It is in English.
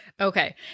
Okay